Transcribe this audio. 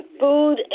food